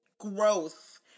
Growth